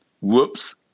whoops